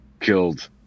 killed